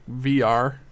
VR